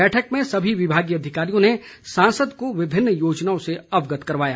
बैठक में सभी विभागीय अधिकारियों ने सांसद को विभिन्न योजनाओं से अवगत करवाया